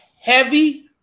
heavy